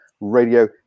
Radio